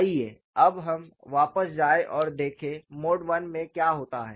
आइए अब हम वापस जाएं और देखें मोड I में क्या होता है